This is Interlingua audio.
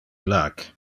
illac